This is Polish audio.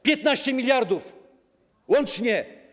15 mld łącznie.